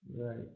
Right